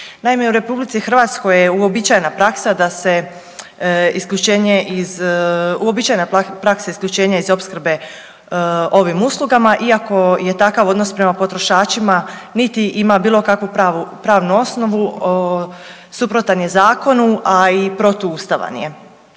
da se isključenje iz, uobičajena praksa isključenja iz opskrbe ovim uslugama iako je takav odnos prema potrošačima niti ima bilo kakvu pravnu osnovu, suprotan je zakonu a i protuustavan je.